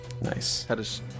Nice